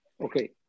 Okay